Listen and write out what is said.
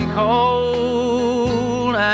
cold